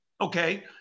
Okay